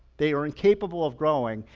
they are incapable of growing,